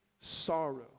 sorrow